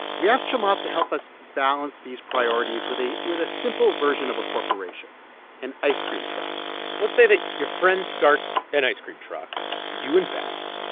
we asked chamath to help us balance these priorities with a with a simple version of a corporation an ice cream truck let's say that your friend starts an ice cream truck and you invest,